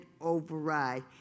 override